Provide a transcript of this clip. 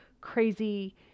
crazy